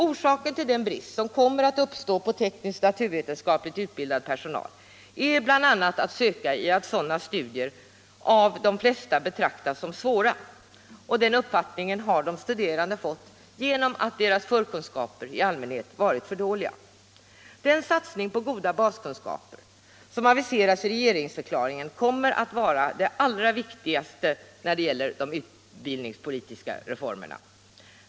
Orsaken till den brist som kommer att uppstå på tekniskt och naturvetenskapligt utbildad personal är bl.a. att söka i det att sådana studier av de flesta betraktas som svåra, och den uppfattningen har de studerande fått genom att deras förkunskaper i allmänhet varit för dåliga. Den satsning på goda baskunskaper som aviseras i regeringsförklaringen kommer att vara det allra viktigaste när det gäller de utbildningspolitiska reformerna.